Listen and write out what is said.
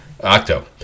Octo